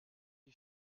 lui